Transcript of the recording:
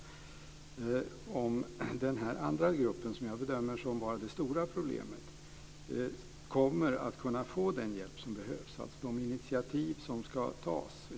Kommer den här andra gruppen, som jag bedömer är det stora problemet, att kunna få den hjälp som behövs, och kommer initiativ att tas?